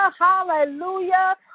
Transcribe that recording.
Hallelujah